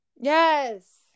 Yes